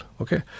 okay